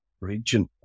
region